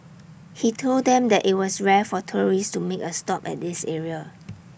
he told them that IT was rare for tourists to make A stop at this area